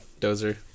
Dozer